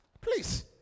Please